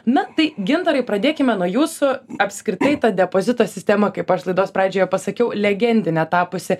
na tai gintarai pradėkime nuo jūsų apskritai ta depozito sistema kaip aš laidos pradžioje pasakiau legendine tapusi